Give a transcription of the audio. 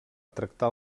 tractar